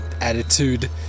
attitude